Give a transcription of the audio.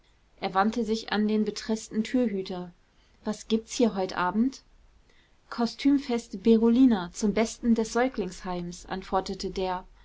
er wandte sich an den betreßten türhüter was gibt's hier heut abend kostümfest berolina zum besten des säuglingsheims antwortete der